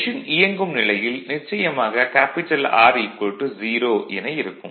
machine இயங்கும் நிலையில் நிச்சயமாக R 0 என இருக்கும்